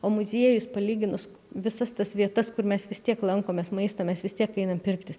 o muziejus palyginus visas tas vietas kur mes vis tiek lankomės maistą mes vis tiek einame pirktis